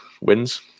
wins